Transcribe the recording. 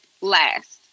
last